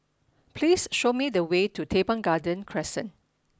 please show me the way to Teban Garden Crescent